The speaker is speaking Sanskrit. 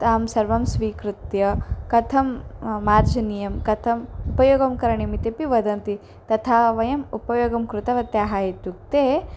तान् सर्वान स्वीकृत्य कथं मार्जनीयं कथम् उपयोगं करणीयमित्यपि वदन्ति तथा वयम् उपयोगं कृतवत्यः इत्युक्ते